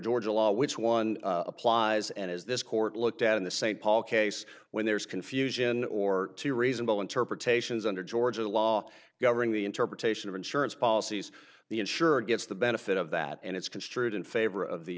georgia law which one applies and is this court looked at in the st paul case when there is confusion or two reasonable interpretations under georgia law governing the interpretation of insurance policies the insurer gets the benefit of that and it's construed in favor of the